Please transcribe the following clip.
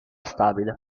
stabile